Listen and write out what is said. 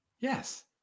Yes